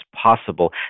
possible